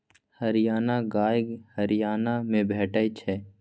हरियाणा गाय हरियाणा मे भेटै छै